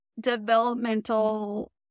developmental